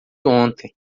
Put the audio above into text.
ontem